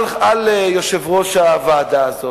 על יושב-ראש הוועדה הזאת,